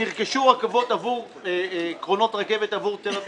נרכשו קרונות רכבות עבור תל אביב,